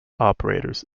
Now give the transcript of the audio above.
operators